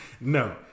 No